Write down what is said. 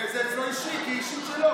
זה אצלו אישית, כי זה אישית שלו.